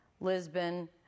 Lisbon